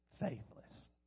faithless